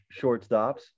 shortstops